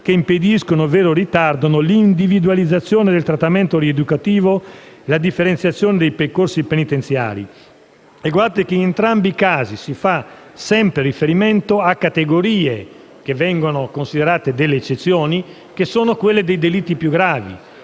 che impediscono ovvero ritardano l'individualizzazione del trattamento rieducativo e la differenziazione dei percorsi penitenziari. In entrambi i casi si fa sempre riferimento a categorie che vengono considerate come eccezioni e che sono quelle dei delitti più gravi,